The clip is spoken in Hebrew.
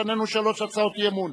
לפנינו שלוש הצעות אי-אמון.